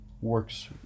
works